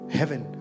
heaven